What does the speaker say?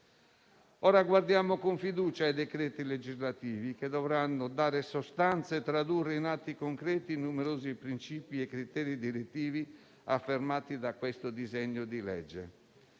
Ora guardiamo con fiducia ai decreti legislativi che dovranno dare sostanza e tradurre in atti concreti numerosi princìpi e criteri direttivi affermati da questo disegno di legge.